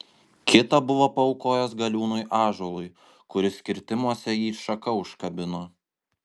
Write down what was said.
kitą buvo paaukojęs galiūnui ąžuolui kuris kirtimuose jį šaka užkabino